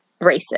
racist